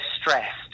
stressed